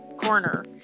corner